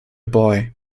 boy